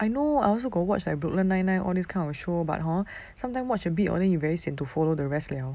I know I also got watch like brooklyn nine nine all this kind of show but hor sometimes watch a bit hor only you very sian to follow the rest liao